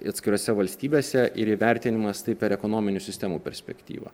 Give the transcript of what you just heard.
atskirose valstybėse ir įvertinimas tai per ekonominių sistemų perspektyvą